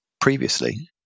previously